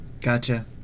Gotcha